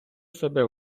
себе